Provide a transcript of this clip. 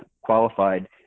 qualified